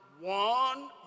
one